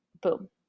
boom